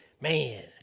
man